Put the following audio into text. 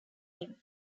him